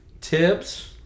tips